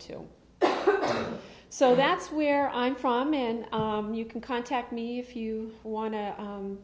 too so that's where i'm from and you can contact me if you want to